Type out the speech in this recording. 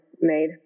made